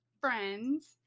friends